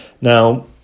now